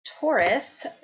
Taurus